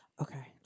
Okay